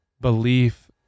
belief